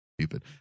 stupid